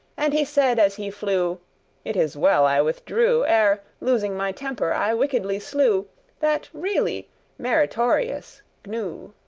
and he said as he flew it is well i withdrew ere, losing my temper, i wickedly slew that really meritorious gnu.